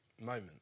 moment